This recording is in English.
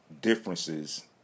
differences